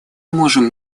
можем